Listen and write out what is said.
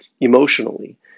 emotionally